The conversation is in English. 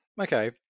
okay